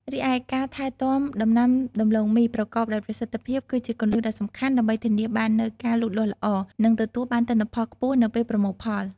រីឯការថែទាំដំណាំដំឡូងមីប្រកបដោយប្រសិទ្ធភាពគឺជាគន្លឹះដ៏សំខាន់ដើម្បីធានាបាននូវការលូតលាស់ល្អ និងទទួលបានទិន្នផលខ្ពស់នៅពេលប្រមូលផល។